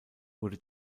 wurde